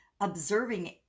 observing